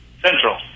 Central